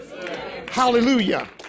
Hallelujah